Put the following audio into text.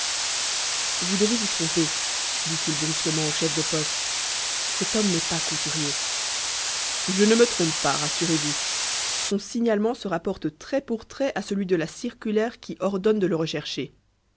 vous devez vous tromper dit-il brusquement au chef de poste cet homme n'est pas couturier je ne me trompe pas rassurez-vous son signalement se rapporte trait pour trait à celui de la circulaire qui ordonne de le rechercher